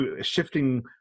shifting